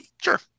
Sure